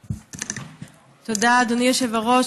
תודה, אדוני היושב-ראש.